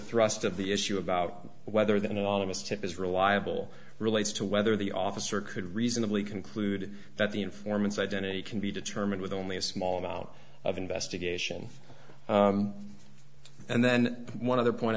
thrust of the issue about whether that anonymous tip is reliable relates to whether the officer could reasonably conclude that the informants identity can be determined with only a small amount of investigation and then one other point